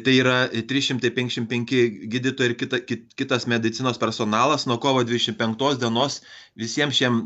tai yra trys šimtai penkšim penki gydytojai ir kita kit kitas medicinos personalas nuo kovo dvidešim penktos dienos visiems šiem